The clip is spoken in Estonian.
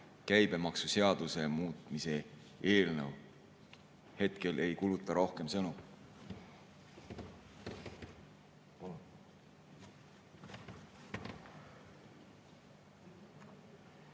käibemaksuseaduse muutmise eelnõu. Hetkel ei kuluta rohkem sõnu.